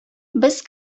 без